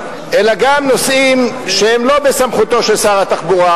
אלא גם נושאים שהם לא בסמכותו של שר התחבורה,